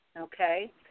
okay